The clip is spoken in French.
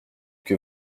que